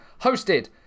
hosted